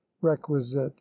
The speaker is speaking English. requisite